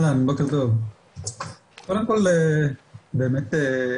קודם כל באמת,